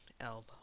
elbow